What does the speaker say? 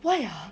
why ya